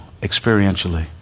experientially